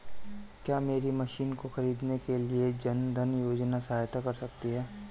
क्या मेरी मशीन को ख़रीदने के लिए जन धन योजना सहायता कर सकती है?